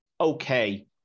okay